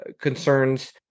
concerns